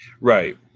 Right